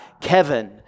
Kevin